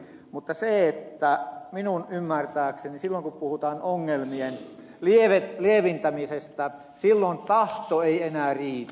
mutta minun ymmärtääkseni silloin kun puhutaan ongelmien lieventämisestä silloin tahto ei enää riitä